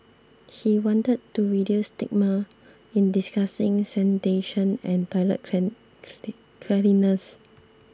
he wanted to reduce the stigma in discussing sanitation and toilet clean clean cleanliness